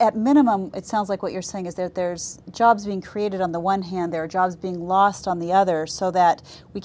at minimum it sounds like what you're saying is that there's jobs being created on the one hand there are jobs being lost on the other so that we